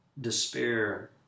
despair